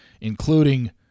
including